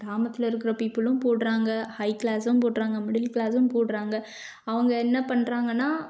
கிராமத்தில் இருக்கிற பீப்புளும் போடுறாங்க ஹை க்ளாஸும் போடுறாங்க மிடில் க்ளாஸும் போடுறாங்க அவங்க என்ன பண்ணுறாங்கன்னா